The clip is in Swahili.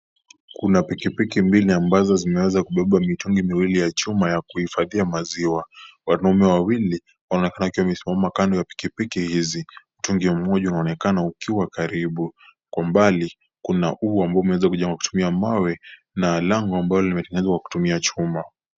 Kuna pikipiki mbili ambazo zimeweza kubeba mitungi miwili ya chuma ya kuhifadhia maziwa. Wanaume wawili, wanaonekana wakiwa wamesimama kando ya pikipiki hizi. Mtungi mmoja unaonekana ukiwa karibu. Kwa mbali, kuna ua ambao umeweza kujengwa kutumia mawe na lango ambalo limetengenezwa kwa kutumia chuma.